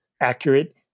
accurate